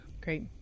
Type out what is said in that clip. Great